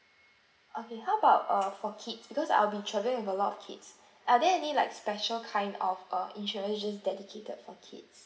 okay how about uh for kids because I'll be travelling with a lot of kids are there any like special kind of uh insurance just dedicated for kids